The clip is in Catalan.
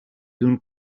d’un